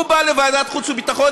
הוא בא לוועדת חוץ וביטחון,